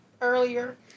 earlier